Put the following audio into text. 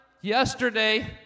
yesterday